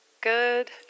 Good